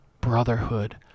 brotherhood